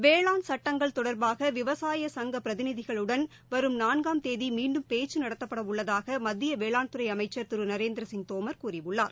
வேளாண் சட்டங்கள் தொடர்பாகவிவசாய சங்க பிரதிநிதிகளுடன் வரும் நான்காம் தேதி மீண்டும் பேச்சு நடத்தப்பட உள்ளதாக மத்திய வேளாண்துறை அமைச்சள் திரு நரேந்திரசிங் தோமர் கூறியுள்ளார்